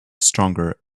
stronger